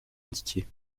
indiqués